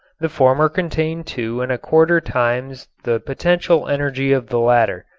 the former contain two and a quarter times the potential energy of the latter.